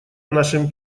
нашим